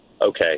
okay